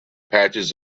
patches